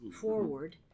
forward